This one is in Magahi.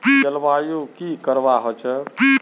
जलवायु की करवा होचे?